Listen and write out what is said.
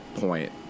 point